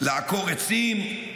לעקור עצים,